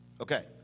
Okay